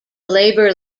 labour